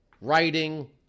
writing